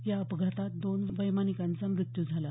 या अपघातात दोन वैमानिकांचा मृत्यू झाला